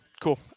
cool